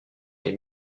les